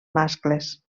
mascles